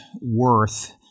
worth